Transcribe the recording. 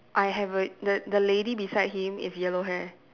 I have a the the lady beside him is yellow hair